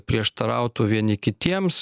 prieštarautų vieni kitiems